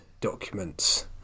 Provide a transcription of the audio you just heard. documents